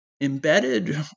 embedded